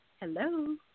Hello